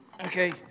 okay